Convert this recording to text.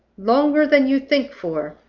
longer than you think for.